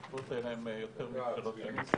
חוץ לעשות מה שעשה